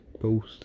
post